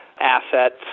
assets